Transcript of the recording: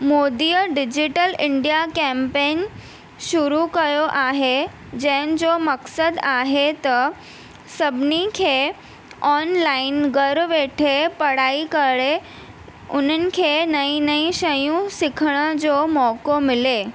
मोदीअ digital India campaign शुरु कयो आहे जंहिंजो मक़सदु आहे त सभिनी खे ऑनलाइन घर वेठे पढ़ाई करे उन्हनि खे नयूं नयूं शयूं सिखण जो मौको मिले